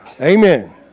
Amen